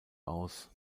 aus